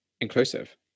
inclusive